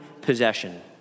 possession